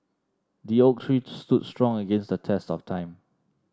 the oak tree stood strong against the test of time